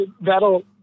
that'll –